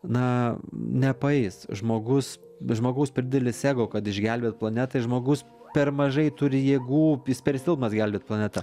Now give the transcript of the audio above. na nepaeis žmogus žmogaus per didelis ego kad išgelbėt planetą ir žmogus per mažai turi jėgų jis per silpnas gelbėt planetą